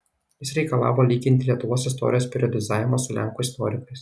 jis reikalavo lyginti lietuvos istorijos periodizavimą su lenkų istorikais